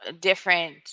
different